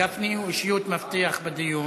גפני הוא אישיות מפתח בדיון.